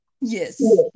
Yes